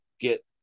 get